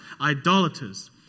idolaters